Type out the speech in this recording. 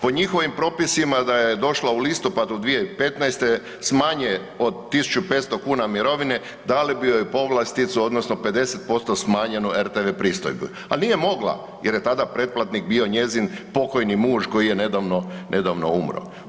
Po njihovim propisima da je došla u listopadu 2015. s manje od 1.500 kuna mirovine dali bi joj povlasticu odnosno 50% smanjenu RTV pristojbu, al nije mogla jer je tada pretplatnik bio njezin pokojni muž koji je nedavno, nedavno umro.